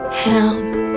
Help